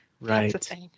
Right